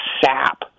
sap